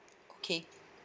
okay